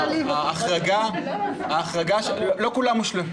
לא כולם מושלמים.